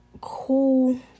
cool